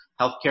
healthcare